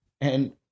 And-